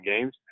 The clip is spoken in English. games